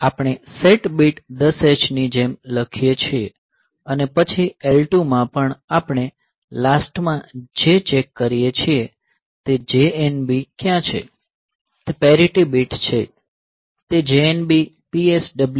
આપણે set bit 10 H ની જેમ લખીએ છીએ અને પછી L2 માં પણ આપણે લાસ્ટમાં જે ચેક કરીએ છીએ તે JNB ક્યાં છે તે પેરિટી બીટ છે